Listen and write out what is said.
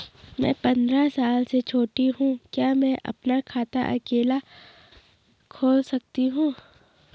मैं पंद्रह साल से छोटी हूँ क्या मैं अपना खाता अकेला खोल सकती हूँ?